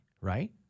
right